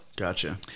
Gotcha